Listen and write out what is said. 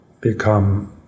become